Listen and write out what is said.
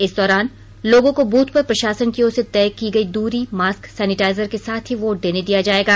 इस दौरान लोगों को बूथ पर प्रशासन की ओर से तय की गई दूरी मास्क सैनिटाइजर के साथ ही वोट देने दिया जायेगा